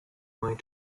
going